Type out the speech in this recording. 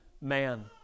man